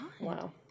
Wow